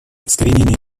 искоренение